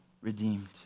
redeemed